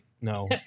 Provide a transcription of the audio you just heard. No